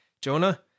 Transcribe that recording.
Jonah